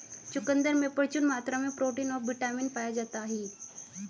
चुकंदर में प्रचूर मात्रा में प्रोटीन और बिटामिन पाया जाता ही